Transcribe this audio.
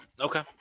okay